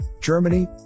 Germany